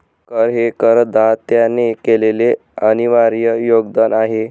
कर हे करदात्याने केलेले अनिर्वाय योगदान आहे